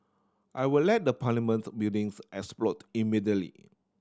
I will let the Parliaments buildings explode immediately